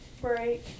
break